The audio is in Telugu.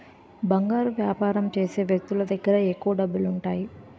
బంగారు వ్యాపారం చేసే వర్తకులు దగ్గర ఎక్కువ డబ్బులుంటాయి